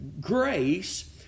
grace